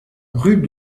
rue